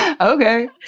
okay